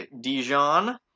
Dijon